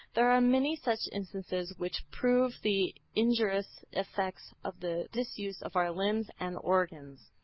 there are many such instances which prove the injurious effects of the disuse of our limbs and organs.